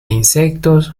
insectos